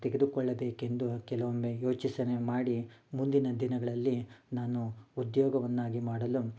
ತೆಗೆದುಕೊಳ್ಳಬೇಕೆಂದು ಕೆಲವೊಮ್ಮೆ ಯೋಚನೆ ಮಾಡಿ ಮುಂದಿನ ದಿನಗಳಲ್ಲಿ ನಾನು ಉದ್ಯೋಗವನ್ನಾಗಿ ಮಾಡಲು